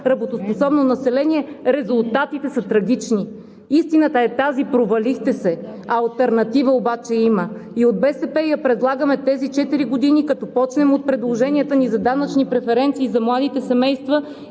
работоспособно население, резултатите са трагични. Истината е тази: провалихте се! Алтернатива обаче има и от БСП я предлагаме в тези четири години, като почнем от предложенията ни за данъчни преференции за младите семейства